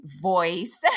voice